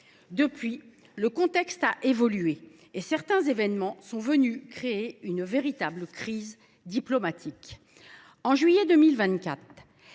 Depuis lors, le contexte a évolué et certains événements ont engendré une véritable crise diplomatique. En juillet 2024,